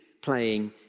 playing